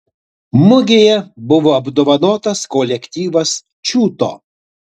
mugėje buvo apdovanotas kolektyvas čiūto